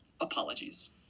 apologies